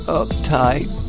uptight